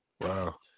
Wow